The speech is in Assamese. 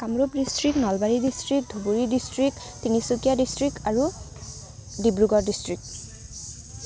Kamrup district Nalbari district Dhubri district Tinsukia district আৰু ডিব্ৰুগড় ডিষ্ট্ৰিক্ট্